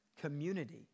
community